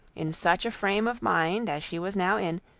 in such a frame of mind as she was now in,